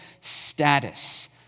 status